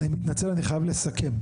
אני מתנצל אני חייב לסכם.